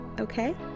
okay